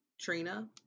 Trina